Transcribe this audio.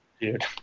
Dude